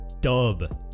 dub